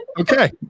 Okay